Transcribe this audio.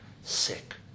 sick